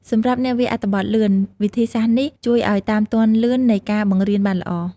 សម្រាប់អ្នកវាយអត្ថបទលឿន វិធីសាស្ត្រនេះជួយឲ្យតាមទាន់ល្បឿននៃការបង្រៀនបានល្អ។